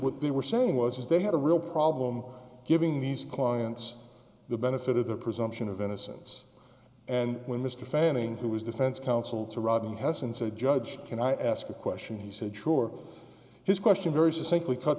what they were saying was they had a real problem giving these clients the benefit of the presumption of innocence and when mr fanning who was defense counsel to robin has and said judge can i ask a question he said sure his question very simply cut